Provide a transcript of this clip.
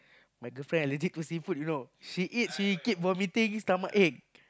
my girlfriend allergic to seafood you know she eat she keep vomiting stomach ache